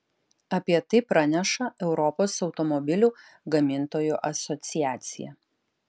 apie tai praneša europos automobilių gamintojų asociacija